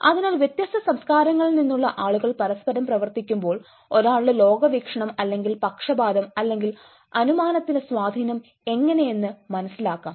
അതിനാൽ വ്യത്യസ്ത സംസ്കാരങ്ങളിൽ നിന്നുള്ള ആളുകൾ പരസ്പരം പ്രവർത്തിക്കുമ്പോൾ ഒരാളുടെ ലോക വീക്ഷണം അല്ലെങ്കിൽ പക്ഷപാതം അല്ലെങ്കിൽ അനുമാനത്തിന്റെ സ്വാധീനം എങ്ങനെ എന്ന് മനസിലാക്കാം